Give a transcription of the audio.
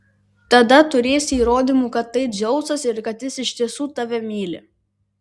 tada turėsi įrodymų kad tai dzeusas ir kad jis iš tiesų tave myli